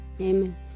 Amen